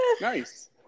Nice